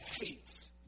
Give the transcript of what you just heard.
hates